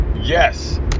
yes